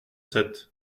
sept